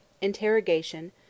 interrogation